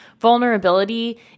vulnerability